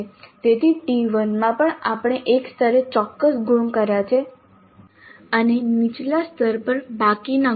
તેથી T1 માં પણ આપણે એક સ્તરે ચોક્કસ ગુણ કર્યા છે અને નીચલા સ્તર પર બાકીના ગુણ